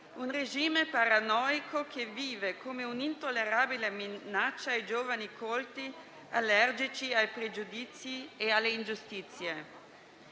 un regime paranoico che vive come un'intollerabile minaccia ai giovani colti allergici ai pregiudizi e alle ingiustizie.